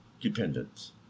dependence